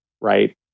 right